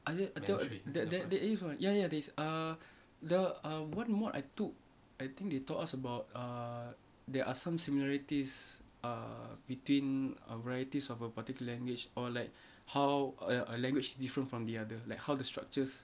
a~ a~ the~ the~ there is one ya ya there is uh the uh what mod I took I think they taught us about err there are some similarities uh between err varieties of a particular language or like how a a language different from the other like how the structures